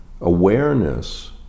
awareness